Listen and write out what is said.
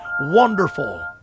Wonderful